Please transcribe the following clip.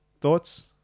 thoughts